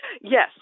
Yes